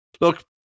look